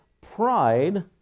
pride